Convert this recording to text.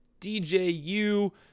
DJU